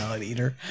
eater